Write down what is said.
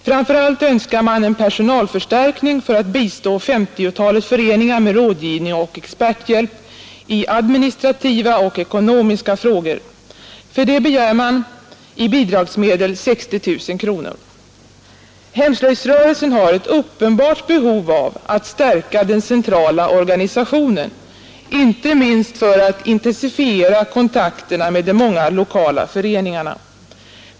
Framför allt önskar man en personalförstärkning för att bistå femtiotalet föreningar med rådgivning och experthjälp i administrativa och ekonomiska frågor. För det begär man i bidragsmedel 60 000 kronor. Hemslöjdsrörelsen har ett uppenbart behov av att stärka den centrala organisationen, inte minst för att intensifiera kontakterna med de många lokala föreningarna.